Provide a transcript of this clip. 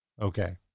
Okay